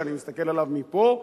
שאני מסתכל עליו מפה,